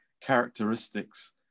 characteristics